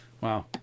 Wow